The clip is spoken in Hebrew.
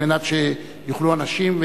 על מנת שיוכלו אנשים,